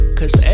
Cause